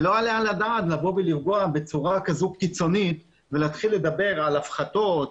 ולא יעלה על הדעת לפגוע בצורה כזו קיצונית ולדבר על הפחתות,